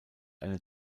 eine